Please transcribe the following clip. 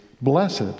Blessed